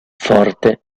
forte